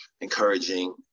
encouraging